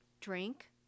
drink